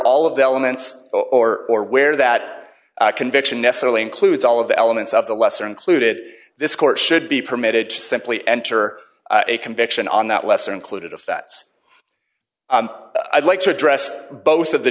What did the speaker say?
all of the elements or or where that conviction necessarily includes all of the elements of the lesser included this court should be permitted to simply enter a conviction on that lesser included offense i'd like to address both of the